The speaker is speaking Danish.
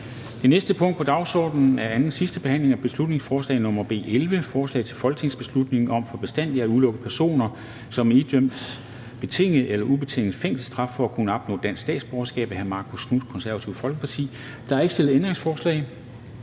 Det næste punkt på dagsordenen er: 30) 2. (sidste) behandling af beslutningsforslag nr. B 11: Forslag til folketingsbeslutning om for bestandig at udelukke personer, som er idømt en betinget eller ubetinget fængselsstraf, fra at kunne opnå dansk statsborgerskab. Af Marcus Knuth (KF) m.fl. (Fremsættelse 07.10.2020.